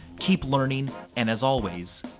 keep learning. and as always,